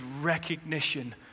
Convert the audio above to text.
recognition